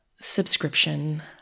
subscription